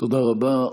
תודה רבה.